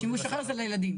שימוש אחר זה לילדים.